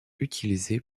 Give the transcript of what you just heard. utilisée